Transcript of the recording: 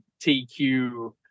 TQ